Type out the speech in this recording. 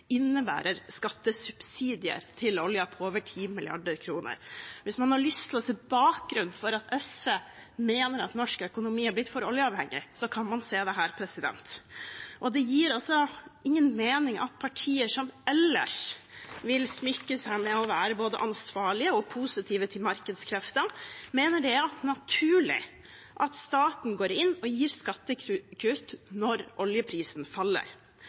innebærer skattesubsidier til oljen på over 10 mrd. kr. Hvis man har lyst til å se bakgrunnen for at SV mener at norsk økonomi er blitt for oljeavhengig, kan man se det her. Det gir altså ingen mening at partier som ellers vil smykke seg med å være både ansvarlige og positive til markedskreftene, mener det er naturlig at staten går inn og gir skattekutt når oljeprisen faller.